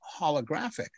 holographic